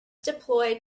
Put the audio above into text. deploy